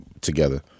together